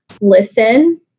listen